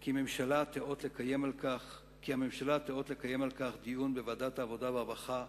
כי הממשלה תיאות לקיים על כך דיון בוועדת העבודה והרווחה,